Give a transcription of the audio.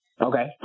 Okay